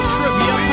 Trivia